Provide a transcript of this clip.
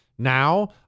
Now